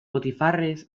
botifarres